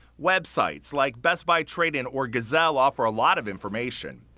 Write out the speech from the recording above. websites like best buy trade in or gazelle offer a lot of information.